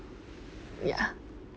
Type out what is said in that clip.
ya